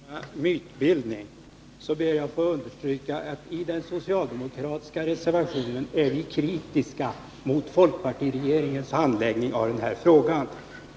Fru talman! För att hindra mytbildning ber jag att få understryka att den socialdemokratiska reservationen är kritisk mot folkpartiregeringens handläggning av frågan.